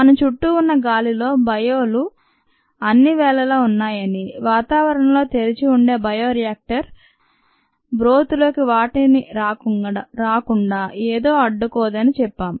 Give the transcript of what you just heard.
మన చుట్టూ ఉన్న గాలిలో బయోలు అన్ని వేళలా ఉన్నాయని వాతావరణంలోకి తెరిచి ఉండే బయోరియాక్టర్ బ్రోత్ లోకి వాటిని రాకుండా ఏదీ అడ్డుకోదని చెప్పాం